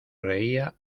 reía